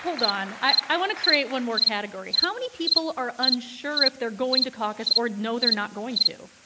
hold on. i want to create one more category. how many people are unsure if they're going to caucus or know they're not going to?